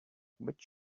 but